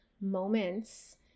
moments